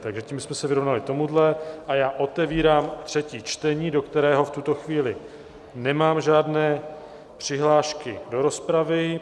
Takže tím jsme se vyrovnali s tímto a já otevírám třetí čtení, do kterého v tuto chvíli nemám žádné přihlášky do rozpravy.